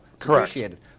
appreciated